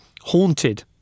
Haunted